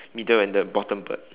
middle and the bottom bird